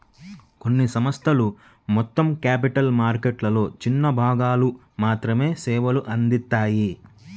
కొన్ని సంస్థలు మొత్తం క్యాపిటల్ మార్కెట్లలో చిన్న భాగాలకు మాత్రమే సేవలు అందిత్తాయి